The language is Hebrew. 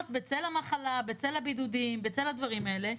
בצל המחלה ובצל הבידודים וכל הדברים האלה.